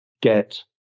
get